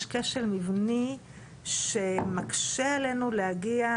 יש כשל מבני שמקשה עלינו להגיע